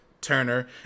Turner